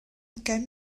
ugain